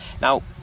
now